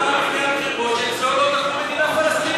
הוא אמר לפני הבחירות שאצלו לא תקום מדינה פלסטינית.